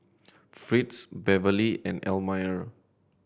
Fritz Beverley and Elmire